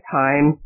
time